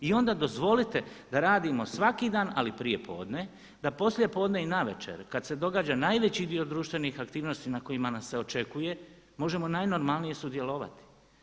I onda dozvolite da radimo svaki dan ali prije podne, da poslije podne i navečer kada se događa najveći dio društvenih aktivnosti, na kojima nas se očekuje, možemo najnormalnije sudjelovati.